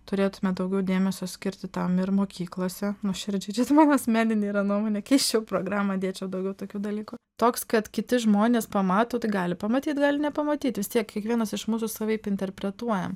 turėtume daugiau dėmesio skirti tam ir mokyklose nuoširdžiai čias mano asmeninė nuomonė keiščiau programą dėčiau daugiau tokių dalykų toks kad kiti žmonės pamato tai gali pamatyt gali nepamatyti vis tiek kiekvienas iš mūsų savaip interpretuojam